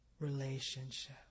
relationship